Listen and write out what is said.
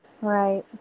right